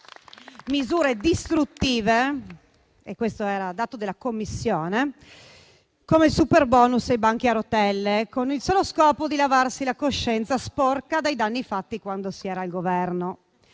misure distruttive - questo era il dato della Commissione - come il superbonus e i banchi a rotelle, con il solo scopo di lavarsi la coscienza sporca dai danni fatti quando si era al Governo.